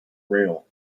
rail